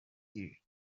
here